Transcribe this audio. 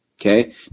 Okay